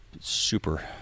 super